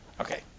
Okay